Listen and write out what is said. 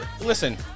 Listen